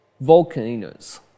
Volcanoes